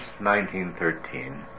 1913